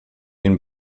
den